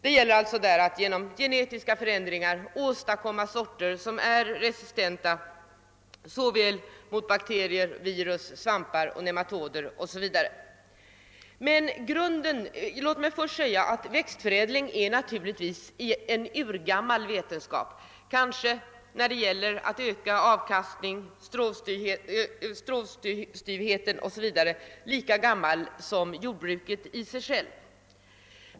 Det gäller att genom genetiska förändringar åstadkomma sorter som är resistenta mot bakterier, virus, svampar, nematoder 0. s. v. Växtförädling är naturligtvis en urgammal vetenskap, när det gäller att öka avkastning, stråstyvhet o. s. v. kanske lika gammal som jordbruket självt.